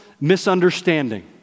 misunderstanding